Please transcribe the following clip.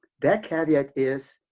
that caveat is